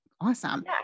awesome